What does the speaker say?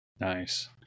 Nice